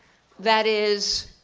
that is,